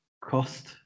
cost